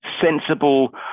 sensible